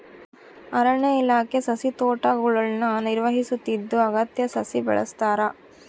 ಅರಣ್ಯ ಇಲಾಖೆ ಸಸಿತೋಟಗುಳ್ನ ನಿರ್ವಹಿಸುತ್ತಿದ್ದು ಅಗತ್ಯ ಸಸಿ ಬೆಳೆಸ್ತಾರ